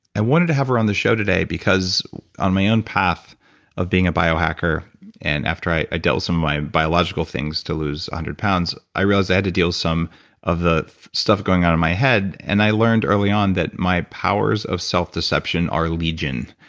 i wanted to have her on the show today because on my own path of being a bio-hacker and after i i dealt some my biological things to lose one hundred pounds, i realized i had to deal with some of the stuff going on in my head and i learned early on that my powers of self-deception are legion.